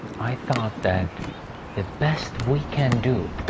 i thought that the best we can do